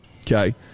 okay